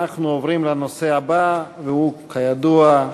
אנחנו עוברים לנושא הבא, והוא, כידוע,